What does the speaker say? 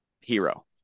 hero